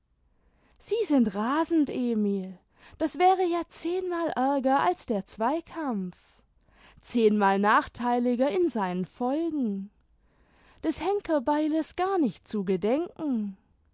sie sind rasend emil das wäre ja zehnmal ärger als der zweikampf zehnmal nachtheiliger in seinen folgen des henkerbeiles gar nicht zu gedenken